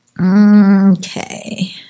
Okay